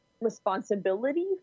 responsibility